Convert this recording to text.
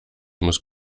muss